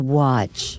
watch